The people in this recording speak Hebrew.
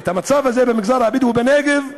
את המצב הזה במגזר הבדואי בנגב,